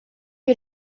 you